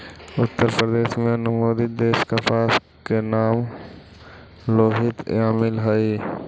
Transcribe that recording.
उत्तरप्रदेश में अनुमोदित देशी कपास के नाम लोहित यामली हई